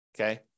Okay